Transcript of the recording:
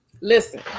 listen